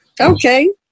okay